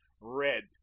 red